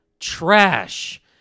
trash